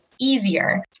Easier